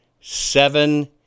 seven